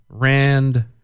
Rand